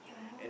yeah